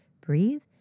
breathe